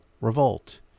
revolt